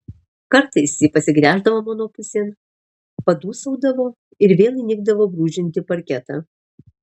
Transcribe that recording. kartais ji pasigręždavo mano pusėn padūsaudavo ir vėl įnikdavo brūžinti parketą